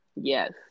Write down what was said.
Yes